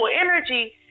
energy